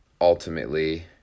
ultimately